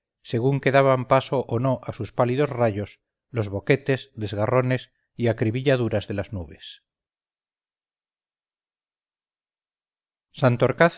según que daban paso o no a sus pálidos rayos los boquetes desgarrones y acribilladuras de las nubes